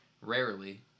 Rarely